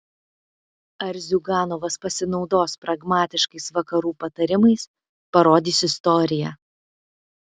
ar ziuganovas pasinaudos pragmatiškais vakarų patarimais parodys istorija